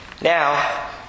Now